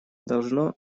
должно